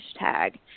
hashtag